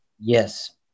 yes